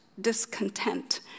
discontent